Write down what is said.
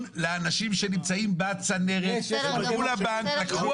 לאנשים שנמצאים בצנרת, הלכו לבנק, השקיעו